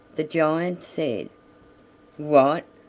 the giant said what!